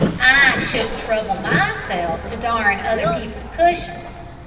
i shouldn't trouble myself to darn other people's cushions!